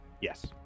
yes